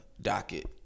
docket